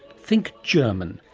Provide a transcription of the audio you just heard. think german,